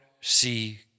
see